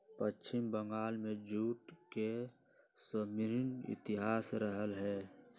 पश्चिम बंगाल में जूट के स्वर्णिम इतिहास रहले है